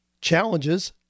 challenges